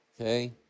okay